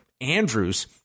Andrews